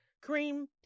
cream